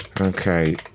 Okay